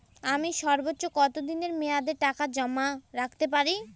আমি সর্বোচ্চ কতদিনের মেয়াদে টাকা জমা রাখতে পারি?